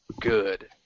good